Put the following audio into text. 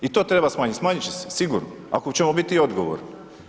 I to treba smanjit, smanjit će se sigurno ako ćemo biti odgovorni.